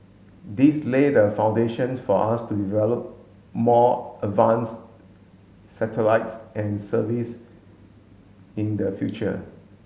this lay the foundations for us to develop more advanced satellites and service in the future